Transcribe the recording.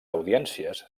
audiències